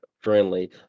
friendly